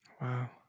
Wow